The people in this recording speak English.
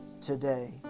today